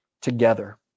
together